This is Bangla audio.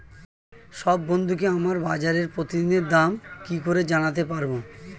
সব বন্ধুকে আমাকে বাজারের প্রতিদিনের দাম কি করে জানাতে পারবো?